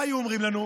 מה היו אומרים לנו?